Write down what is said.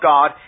God